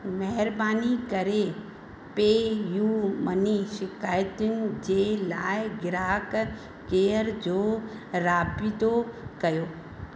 महिरबानी करे PayUmoney शिकायतुनि जे लाइ ग्राहक केयर जो राबीतो कयो